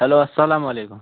hello اَسَلام وعَلیکُم